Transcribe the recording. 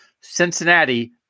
Cincinnati